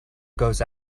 goes